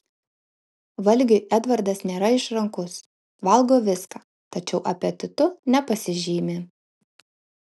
valgiui edvardas nėra išrankus valgo viską tačiau apetitu nepasižymi